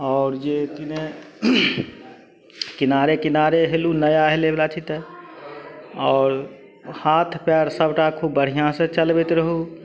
आओर जेने किनारे किनारे हेलू नया हेलै बला चिते आओर हाथ पैर सभटा खूब बढ़िऑं से चलबैत रहू